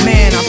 Man